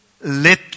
let